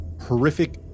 horrific